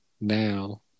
now